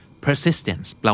Persistence